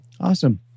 Awesome